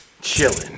Chilling